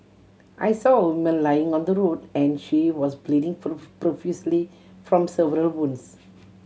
I saw a woman lying on the road and she was bleeding profusely from several wounds